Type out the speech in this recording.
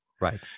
right